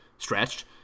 Stretched